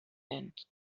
end